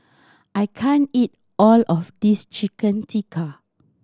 I can't eat all of this Chicken Tikka